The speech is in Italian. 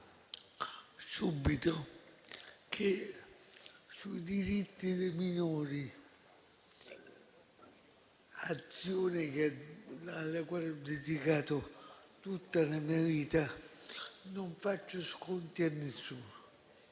subito che sui diritti dei minori, impegno al quale ho dedicato tutta la mia vita, non faccio sconti a nessuno,